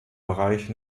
bereich